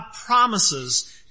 promises